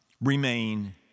remain